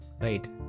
right